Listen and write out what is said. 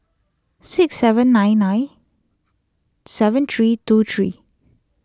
six seven nine nine seven three two three